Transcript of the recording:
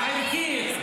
הערכית,